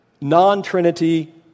non-Trinity